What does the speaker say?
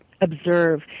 observe